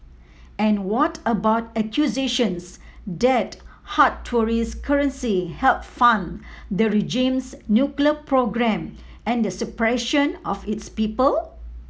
and what about accusations that hard tourist currency help fund the regime's nuclear program and the suppression of its people